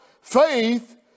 faith